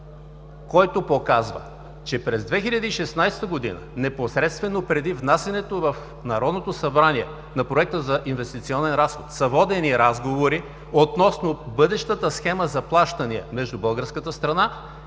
който показва, че през 2016 г., непосредствено преди внасянето в Народното събрание на Проекта за инвестиционен разход, са водени разговори относно бъдещата схема за плащания между българската страна